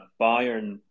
Bayern